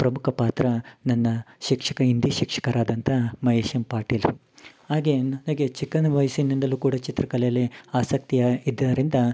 ಪ್ರಮುಖ ಪಾತ್ರ ನನ್ನ ಶಿಕ್ಷಕ ಹಿಂದಿ ಶಿಕ್ಷಕರಾದಂತಹ ಮಹೇಶ್ ಎಮ್ ಪಾಟೀಲು ಹಾಗೆ ನನಗೆ ಚಿಕ್ಕಂದ ವಯಸ್ಸಿನಿಂದಲು ಕೂಡ ಚಿತ್ರಕಲೆಲಿ ಆಸಕ್ತಿಯ ಇದ್ದರಿಂದ